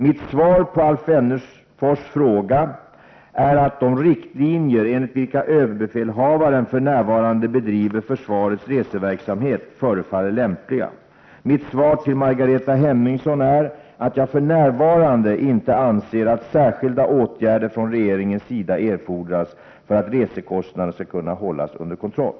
Mitt svar på Alf Wennerfors fråga är att de riktlinjer enligt vilka överbefälhavaren för närvarande bedriver försvarets reseverksamhet förefaller lämpliga. Mitt svar till Margareta Hemmingsson är att jag för närvarande inte anser att särskilda åtgärder från regeringens sida erfordas för att resekostnaderna skall kunna hållas under kontroll.